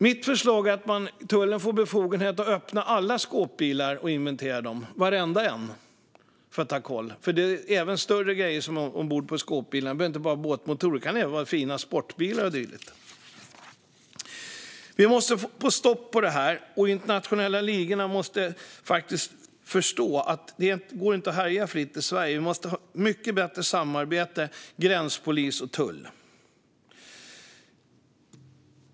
Mitt förslag är att tullen får befogenhet att öppna och inventera alla skåpbilar, varenda en. Förutom båtmotorer kan det finnas andra och större grejer i dem, såsom fina sportbilar och dylikt. Vi måste få stopp på detta, och få de internationella ligorna att förstå att det inte går att härja fritt i Sverige. Vi måste ha ett mycket bättre samarbete mellan gränspolis och tull.